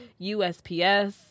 USPS